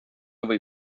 või